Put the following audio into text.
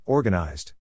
Organized